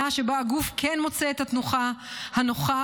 שינה שהגוף כן מוצא את התנוחה הנוחה